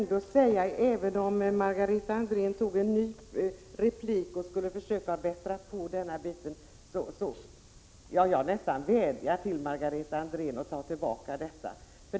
Herr talman! Jag nästan vädjar till Margareta Andrén att ta tillbaka detta.